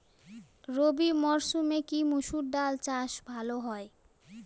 রবি মরসুমে কি মসুর ডাল চাষ ভালো হয়?